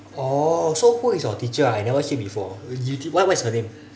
oh so who is your teacher ah I never see before you did you what what is her name